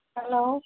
hello